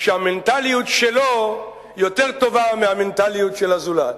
שהמנטליות שלו יותר טובה מהמנטליות של הזולת.